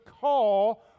call